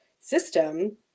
system